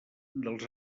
dels